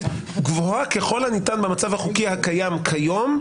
גבוהה ככל הניתן במצב החוקי הקיים כיום,